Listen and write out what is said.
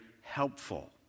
helpful